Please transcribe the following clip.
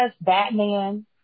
Batman